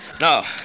No